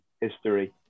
history